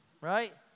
Right